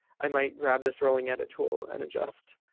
i might grab this rolling edit tool and adjust